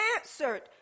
answered